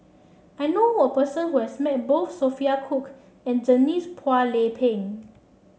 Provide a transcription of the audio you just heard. I know a person who has met both Sophia Cooke and Denise Phua Lay Peng